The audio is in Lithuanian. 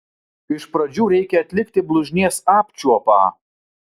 iš pradžių reikia atlikti blužnies apčiuopą